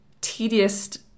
tedious